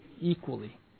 equally